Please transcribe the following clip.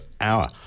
hour